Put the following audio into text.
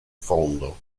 fondo